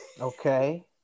Okay